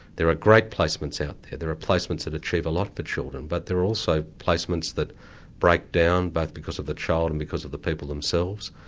there are great placements out there, there are placements that achieve a lot for children, but there are also placements that break down, both because of the child and because of the people themselves.